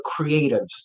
creatives